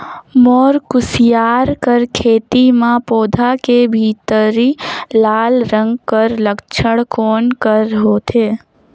मोर कुसियार कर खेती म पौधा के भीतरी लाल रंग कर लक्षण कौन कर होथे?